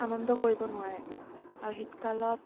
আনন্দ কৰিব নোৱাৰে আৰু শীতকালত